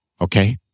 Okay